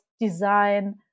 design